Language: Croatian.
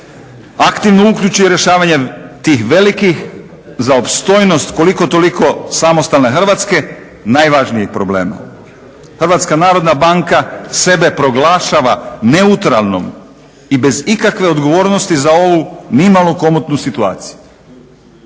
aktivno uključi u rješavanje tih velikih za opstojnost koliko toliko samostalne Hrvatske najvažnijih problema. HNB sebe proglašava neutralnom i bez ikakve odgovornosti za ovu nimalo komotnu situaciju.